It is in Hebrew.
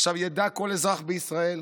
עכשיו ידע כל אזרח בישראל: